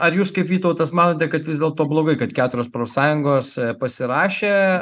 ar jūs kaip vytautas manote kad vis dėlto blogai kad keturios profsąjungos pasirašė